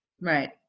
Right